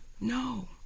No